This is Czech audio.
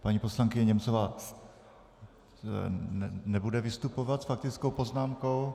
Paní poslankyně Němcová nebude vystupovat s faktickou poznámkou.